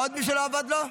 עוד מישהו לא עבד לו?